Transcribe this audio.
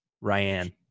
Ryan